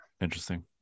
interesting